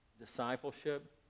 discipleship